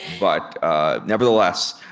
but nevertheless,